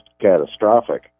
catastrophic